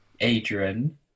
Adrian